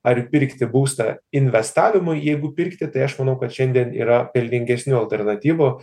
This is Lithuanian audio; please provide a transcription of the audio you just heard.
ar pirkti būstą investavimui jeigu pirkti tai aš manau kad šiandien yra pelningesnių alternatyvų